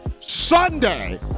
Sunday